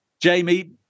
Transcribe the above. Jamie